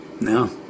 No